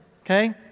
Okay